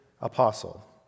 apostle